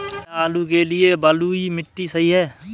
क्या आलू के लिए बलुई मिट्टी सही है?